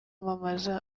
kwamamaza